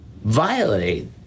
violate